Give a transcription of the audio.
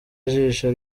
ijisho